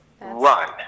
run